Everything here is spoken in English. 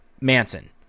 Manson